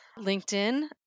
LinkedIn